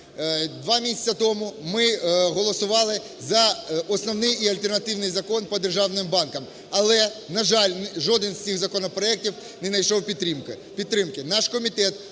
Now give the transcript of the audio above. Два місяці тому ми голосували за основний і альтернативний закон по державним банкам. Але, на жаль, жоден з цих законопроектів не знайшов підтримки.